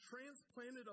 transplanted